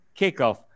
kickoff